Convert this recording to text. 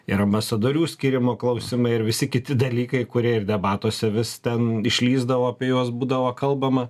ir ambasadorių skyrimo klausimai ir visi kiti dalykai kurie ir debatuose vis ten išlįsdavo apie juos būdavo kalbama